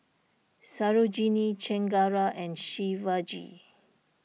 Sarojini Chengara and Shivaji